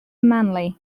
manley